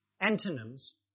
antonyms